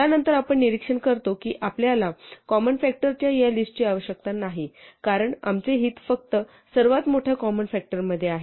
त्यानंतर आपण निरीक्षण करतो की आपल्याला कॉमन फ़ॅक्टरच्या या लिस्टची आवश्यकता नाही कारण आमचे हित फक्त सर्वात मोठ्या कॉमन फ़ॅक्टर मध्ये आहे